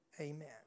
Amen